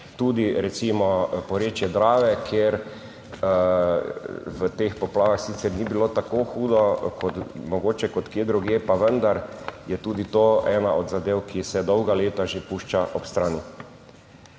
tudi recimo porečje Drave, kjer v teh poplavah sicer ni bilo tako hudo kot mogoče, kot kje drugje, pa vendar je tudi to ena od zadev, ki se dolga leta že pušča ob strani.